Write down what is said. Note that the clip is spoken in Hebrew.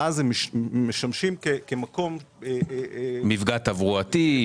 ואז הם משמשים כמקום -- מפגע תברואתי,